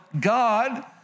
God